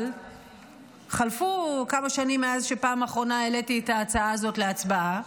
אבל חלפו כמה שנים מאז שבפעם האחרונה העליתי את ההצעה הזאת להצבעה,